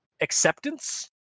acceptance